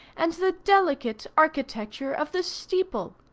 and the delicate architecture of the steeple.